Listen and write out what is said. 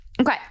Okay